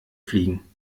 fliegen